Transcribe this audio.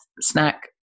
snack